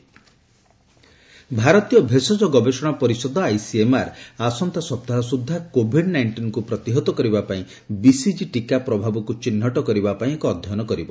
ICMR ଭାରତୀୟ ଭେଷଜ ଗବେଷଣା ପରିଷଦ ଆଇସିଏମ୍ଆର୍ ଆସନ୍ତା ସପ୍ତାହ ସୁଦ୍ଧା କୋଭିଡ଼ ନାଇଷ୍ଟିନ୍କୁ ପ୍ରତିହତ କରିବାପାଇଁ ବିସିଜି ଟୀକା ପ୍ରଭାବକ୍ର ଚିହ୍ରଟ କରିବାପାଇଁ ଏକ ଅଧ୍ୟୟନ କରିବ